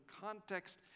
context